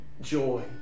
joy